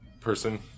person